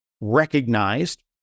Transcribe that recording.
recognized